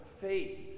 faith